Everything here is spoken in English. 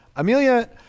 Amelia